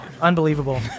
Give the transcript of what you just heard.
unbelievable